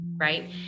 Right